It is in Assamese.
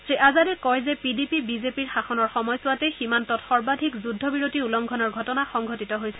শ্ৰী আজাদে কয় যে পি ডি পি বিজেপিৰ শাসনৰ সময়ছোৱাতে সীমান্তত সৰ্বাধিক যুদ্ধ বিৰতি উলংঘনৰ ঘটনা সংঘটিত হৈছে